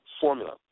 formula